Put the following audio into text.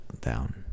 down